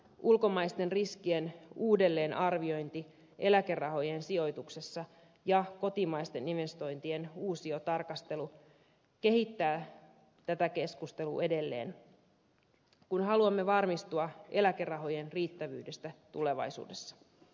ulkomaisten riskien uudelleenarviointi eläkerahojen sijoituksessa ja kotimaisten investoin tien uusiotarkastelu kehittää tätä keskustelua edelleen kun haluamme varmistua eläkerahojen riittävyydestä tulevaisuudessa